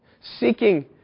seeking